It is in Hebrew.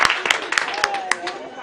ההחלטה התקבלה.